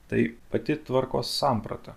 tai pati tvarkos samprata